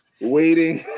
waiting